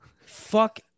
Fuck